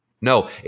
No